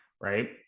right